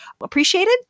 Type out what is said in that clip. appreciated